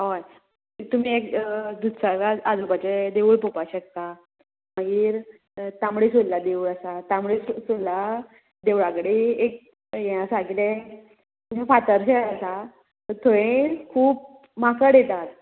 हय तुमी एक दुदसागरा आजोबापाचे् देवूळ पळोवपा शकता मागीर तांबडे सुर्ला देवूळ आसा तांबडे सुर्ला देवळा कडेन एक हें आसा किदें फातरशें आसा थंय खूब माकड येतात